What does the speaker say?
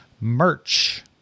merch